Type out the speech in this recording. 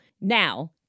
now—